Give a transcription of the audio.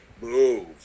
move